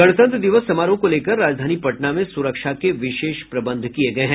गणतंत्र दिवस समारोह को लेकर राजधानी पटना में सुरक्षा के विशेष प्रबंध किये गये हैं